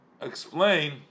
Explain